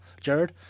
Jared